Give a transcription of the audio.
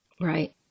Right